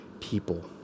people